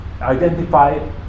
identify